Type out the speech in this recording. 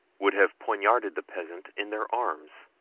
would have poignarded the peasant in their arms.